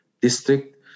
district